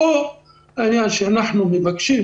פה אנחנו מבקשים